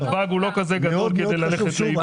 נתב"ג הוא לא כזה גדול כדי ללכת לאיבוד.